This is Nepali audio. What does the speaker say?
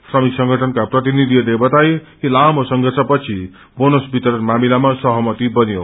श्रमिक संगठनका प्रतिनिधिहरूले बताए कि लामो संर्यषपछि बोनस वितरण मामिलामा सहमति बन्यो